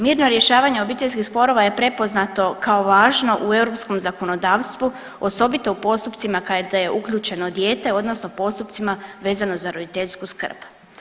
Mirno rješavanje obiteljskih sporova je prepoznato kao važno u europskom zakonodavstvu, osobito u postupcima kada je uključeno dijete odnosno postupcima vezano za roditeljsku skrb.